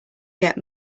get